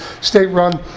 state-run